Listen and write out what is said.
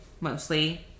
mostly